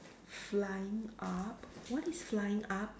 flying up what is flying up